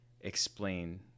explain